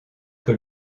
que